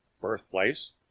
Birthplace